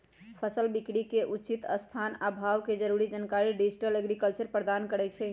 फसल बिकरी के उचित स्थान आ भाव के जरूरी जानकारी डिजिटल एग्रीकल्चर प्रदान करहइ